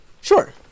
Sure